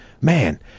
Man